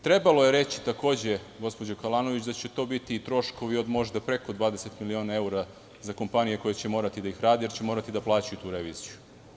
Takođe je trebalo reći, gospođo Kalanović, da će to biti troškovi možda od preko 20 miliona evra za kompanije koje će morati da ih rade, jer će morati da plaćaju tu reviziju.